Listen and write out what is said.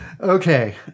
Okay